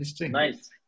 Nice